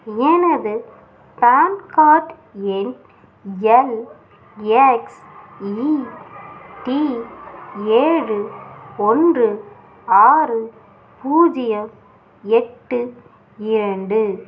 எனது PAN card எண் LXED ஏழு ஒன்று ஆறு பூஜ்ஜியம் எட்டு இரண்டு